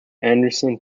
anderson